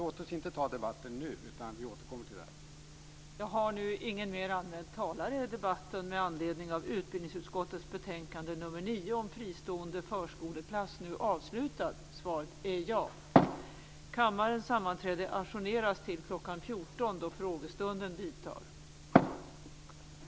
Låt oss inte ta den debatten nu, utan låt oss återkomma till den.